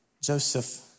Joseph